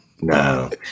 No